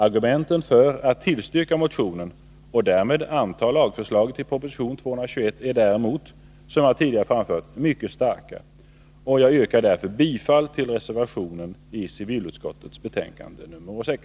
Argumenten för att tillstyrka motionen och därmed anta lagförslaget i proposition 221 är däremot, som jag tidigare framfört, mycket starka. Jag yrkar därför bifall till reservationen i civilutskottets betänkande nr 6.